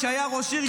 שהיה ראש עיר,